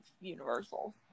Universal